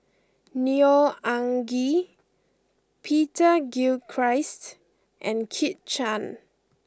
Neo Anngee Peter Gilchrist and Kit Chan